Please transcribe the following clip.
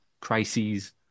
crises